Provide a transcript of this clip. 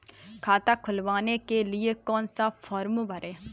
खाता खुलवाने के लिए कौन सा फॉर्म भरें?